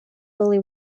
fully